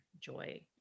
joy